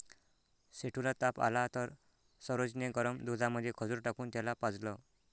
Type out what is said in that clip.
सेठू ला ताप आला तर सरोज ने गरम दुधामध्ये खजूर टाकून त्याला पाजलं